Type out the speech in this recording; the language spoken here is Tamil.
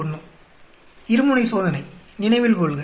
571 இருமுனை சோதனை நினைவில் கொள்க